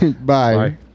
Bye